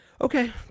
Okay